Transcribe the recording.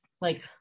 like-